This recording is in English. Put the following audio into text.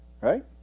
Right